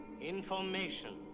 Information